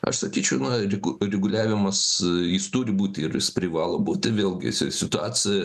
aš sakyčiau na reg reguliavimas jis turi būti ir jis privalo būti vėlgi si situacija